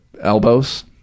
elbows